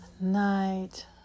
night